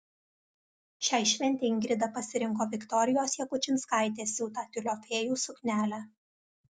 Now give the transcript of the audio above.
šiai šventei ingrida pasirinko viktorijos jakučinskaitės siūtą tiulio fėjų suknelę